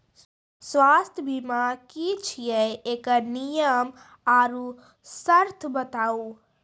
स्वास्थ्य बीमा की छियै? एकरऽ नियम आर सर्त बताऊ?